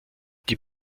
die